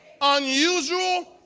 Unusual